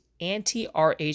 anti-rh